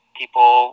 people